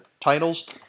titles